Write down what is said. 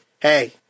hey